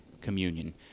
communion